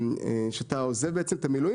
כשאתה עוזב בעצם את המילואים,